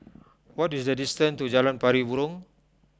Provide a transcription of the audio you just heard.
what is the distance to Jalan Pari Burong